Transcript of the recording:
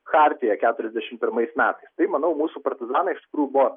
chartija keturiasdešimt pirmais metais tai manau mūsų partizanai iš tikrųjų buvo